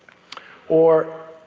or,